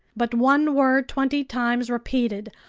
but one word twenty times repeated,